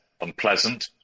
unpleasant